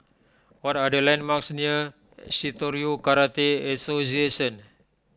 what are the landmarks near Shitoryu Karate Association